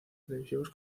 televisivos